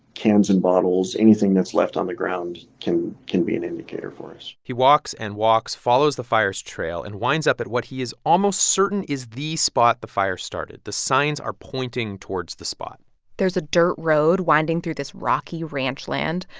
cans and bottles, anything that's left on the ground can can be an indicator for us he walks and walks, follows the fire's trail and winds up at what he is almost certain is the spot the fire started. the signs are pointing towards the spot there's a dirt road winding through this rocky ranch land.